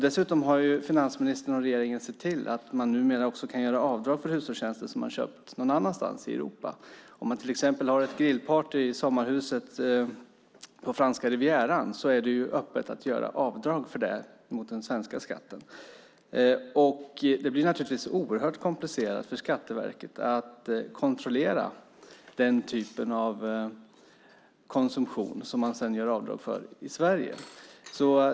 Dessutom har finansministern och regeringen sett till att man numera kan göra avdrag för hushållstjänster som man har köpt någon annanstans i Europa. Om man har ett grillparty i sommarhuset på franska Rivieran är det öppet att göra avdrag för det mot den svenska skatten. Det blir naturligtvis oerhört komplicerat för Skatteverket att kontrollera den typen av konsumtion som man sedan gör avdrag för i Sverige.